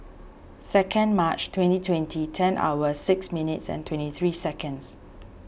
second March twenty twenty ten hours six minutes and twenty three seconds